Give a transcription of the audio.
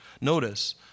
Notice